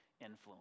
influence